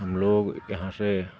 हम लोग यहाँ से